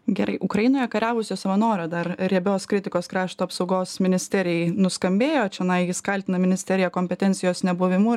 gerai ukrainoje kariavusių savanorių dar riebios kritikos krašto apsaugos ministerijai nuskambėjo čionai jis kaltina ministeriją kompetencijos nebuvimu